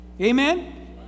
Amen